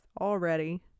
already